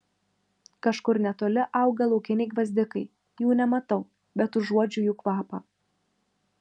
kažkur netoli auga laukiniai gvazdikai jų nematau bet užuodžiu jų kvapą